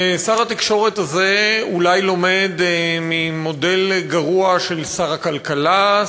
ושר התקשורת הזה אולי לומד ממודל גרוע של שר הכלכלה,